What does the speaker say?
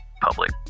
public